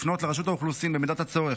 לפנות לרשות האוכלוסין במידת הצורך,